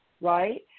right